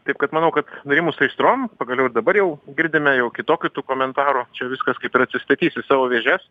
taip kad manau kad nurimus aistrom pagaliau ir dabar jau girdime jau kitokių komentarų čia viskas kaip ir atsistatys į savo vėžes